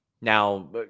Now